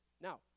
Now